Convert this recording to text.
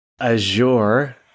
azure